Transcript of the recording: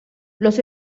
los